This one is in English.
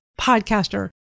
podcaster